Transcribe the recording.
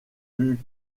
plus